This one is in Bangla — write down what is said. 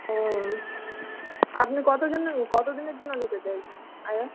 হুম আপনি কতজনের কতদিনের জন্য নিতে চাইছেন আয়া